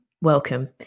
welcome